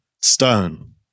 stone